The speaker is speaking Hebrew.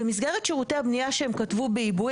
במסגרת שירותי הבנייה שהם כתבו בעיבוי,